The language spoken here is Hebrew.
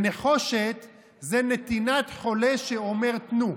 נחוש"ת זה נתינת חולה שאומר תנו.